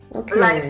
okay